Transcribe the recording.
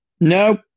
No